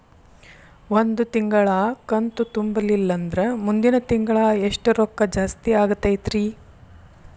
ಒಂದು ತಿಂಗಳಾ ಕಂತು ತುಂಬಲಿಲ್ಲಂದ್ರ ಮುಂದಿನ ತಿಂಗಳಾ ಎಷ್ಟ ರೊಕ್ಕ ಜಾಸ್ತಿ ಆಗತೈತ್ರಿ?